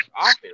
office